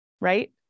right